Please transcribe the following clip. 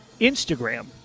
Instagram